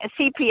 CPS